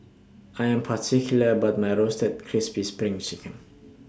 I Am particular about My Roasted Crispy SPRING Chicken